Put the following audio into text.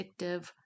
addictive